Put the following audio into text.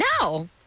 No